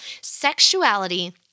Sexuality